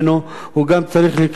הוא גם צריך לקבל.